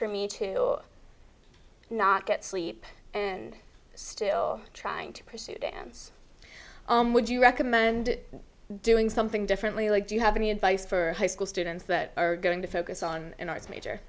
for me to not get sleep and still trying to pursue dance would you recommend doing something differently like do you have any advice for high school students that are going to focus on an arts major